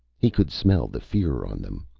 he could smell the fear on them.